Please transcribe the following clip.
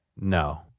No